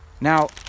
Now